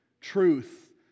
truth